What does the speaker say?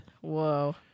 Whoa